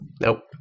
Nope